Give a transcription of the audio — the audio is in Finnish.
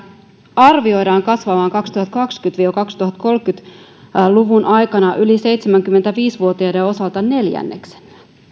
arvioidaan kasvavan kaksituhattakaksikymmentä viiva kaksituhattakolmekymmentä luvun aikana yli seitsemänkymmentäviisi vuotiaiden osalta neljänneksellä